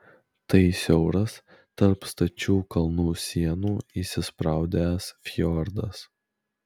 tai siauras tarp stačių kalnų sienų įsispraudęs fjordas